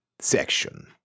Section